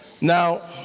Now